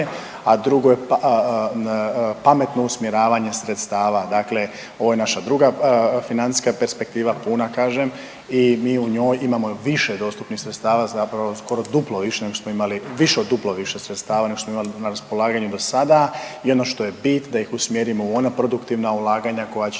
a drugo je pametno usmjeravanje sredstava, dakle ovo je naša druga financijska perspektiva, puna, kažem, i mi u njoj imamo više dostupnih sredstava zapravo, skoro duplo više nego što smo imali, više od duplo više sredstava nego što smo imali na raspolaganju do sada i ono što je bit, da ih usmjerimo u ona produktivna ulaganja koja će